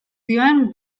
dioen